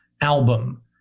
album